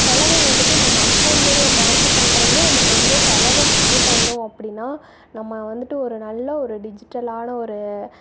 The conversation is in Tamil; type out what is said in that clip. செலவு வந்துவிட்டு நம்ம அக்கௌண்ட்டுலே ட்ரான்ஸ்ஃபர் பண்ணுறதுலே நம்ம கொஞ்சம் செலவை கம்மி பண்ணோம் அப்படின்னா நம்ம வந்துவிட்டு ஒரு நல்ல ஒரு டிஜிட்டலான ஒரு